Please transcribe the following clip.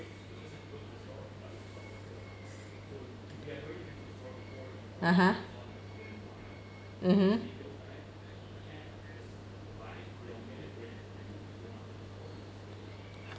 (uh huh) mmhmm